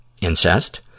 incest